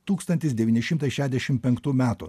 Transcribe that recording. tūkstantis devyni šimtai šešdešim penktų metų